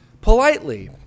politely